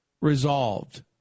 resolved